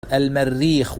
المريخ